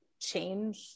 change